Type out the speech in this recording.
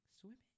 swimming